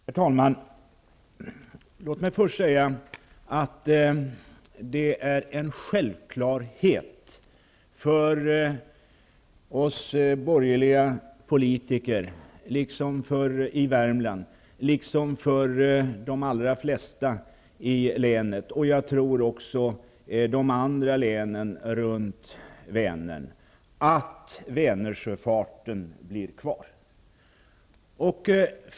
Herr talman! Låt mig först säga att det är en självklarhet för oss borgerliga politiker i Värmland, liksom för de allra flesta i länet och jag tror också i länen runt omkring, att Vänersjöfarten skall bli kvar.